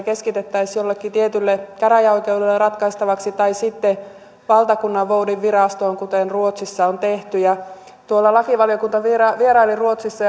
keskitettäisiin jollekin tietylle käräjäoikeudelle ratkaistavaksi tai sitten valtakunnanvoudinvirastoon kuten ruotsissa on tehty lakivaliokunta vieraili vieraili ruotsissa